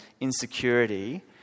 insecurity